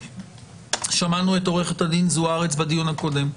שמענו את עו"ד זו-ארץ בדיון הקודם.